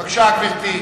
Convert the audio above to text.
בבקשה, גברתי.